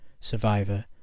Survivor